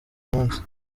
munsi